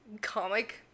comic